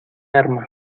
arma